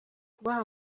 kubaha